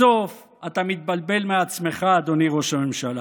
בסוף אתה מתבלבל מעצמך, אדוני ראש הממשלה.